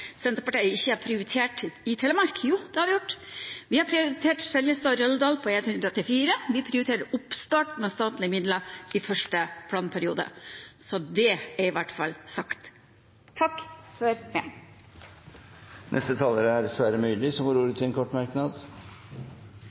Senterpartiet ikke har prioritert i Telemark. Jo, det har vi gjort. Vi har prioritert Seljestad–Røldal på E134 og oppstarten med statlige midler i første planperiode. Så er i hvert fall det sagt. Takk for meg. Representanten Sverre Myrli har hatt ordet to ganger tidligere og får ordet til en kort merknad,